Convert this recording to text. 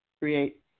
create